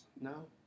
No